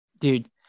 Dude